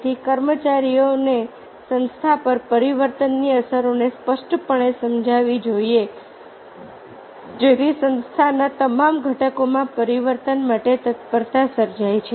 તેથી કર્મચારીઓ અને સંસ્થા પર પરિવર્તનની અસરોને સ્પષ્ટપણે સમજવી જોઈએ જેથી સંસ્થાના તમામ ઘટકોમાં પરિવર્તન માટે તત્પરતા સર્જાય